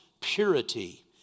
purity